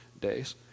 days